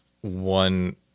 one